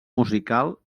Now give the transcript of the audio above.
musical